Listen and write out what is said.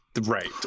Right